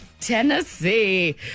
Tennessee